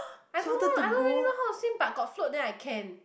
I don't know I don't really know how to swim but got float then I can